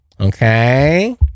okay